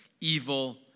evil